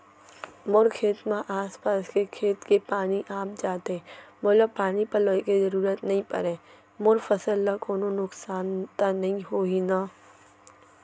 मोर खेत म आसपास के खेत के पानी आप जाथे, मोला पानी पलोय के जरूरत नई परे, मोर फसल ल कोनो नुकसान त नई होही न?